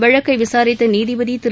வழக்கை விசாரித்த நீதிபதி திரு